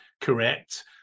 correct